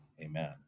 Amen